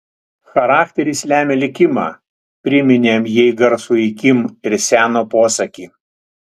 charakteris lemia likimą priminėm jai garsųjį kim ir seno posakį